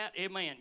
Amen